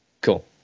Cool